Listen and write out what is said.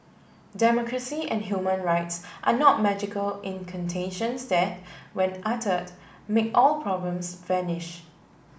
democracy and human rights are not magical incantations that when uttered make all problems vanish